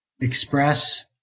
express